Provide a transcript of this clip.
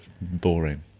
boring